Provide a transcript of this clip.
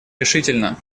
решительно